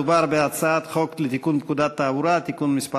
מדובר בהצעת חוק לתיקון פקודת התעבורה (מס'